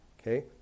okay